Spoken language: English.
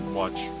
watch